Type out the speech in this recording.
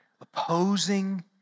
opposing